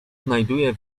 znajduje